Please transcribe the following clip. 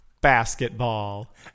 Basketball